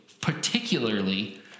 particularly